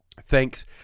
Thanks